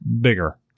bigger